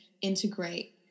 integrate